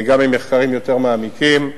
וגם ממחקרים יותר מעמיקים,